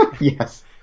yes